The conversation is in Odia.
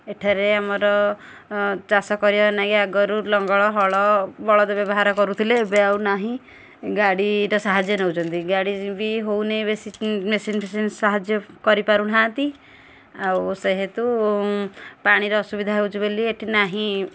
ଏଠାରେ ଆମର ଚାଷ କରିବା ଲାଗି ଆଗରୁ ଲଙ୍ଗଳ ହଳ ବଳଦ ବ୍ୟବହାର କରୁଥିଲେ ଏବେ ଆଉ ନାହିଁ ଗାଡ଼ିର ସାହାଯ୍ୟ ନେଉଛନ୍ତି ଗାଡ଼ି ବି ହେଉନାହିଁ ବେଶୀ ମେସିନ୍ ଫେସିନ୍ ସାହାଯ୍ୟ କରିପାରୁନାହାଁନ୍ତି ଆଉ ସେହେତୁ ପାଣିର ଅସୁବିଧା ହେଉଛି ବୋଲି ଏଠି ନାହିଁ